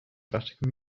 vatican